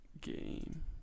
game